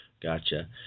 Gotcha